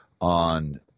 on